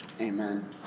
Amen